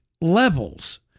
levels